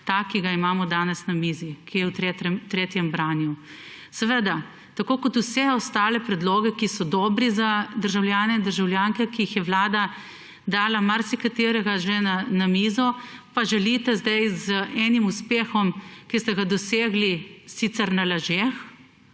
ta ki ga imamo danes na mizi, ki je v tretjem branju. Tako kot vse ostale predloge, ki so dobri za državljane in državljanke, vlada je dala marsikaterega že na mizo, pa želite zdaj z enim uspehom, ki ste ga sicer dosegli na lažeh